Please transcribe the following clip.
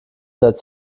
seit